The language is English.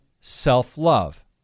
self-love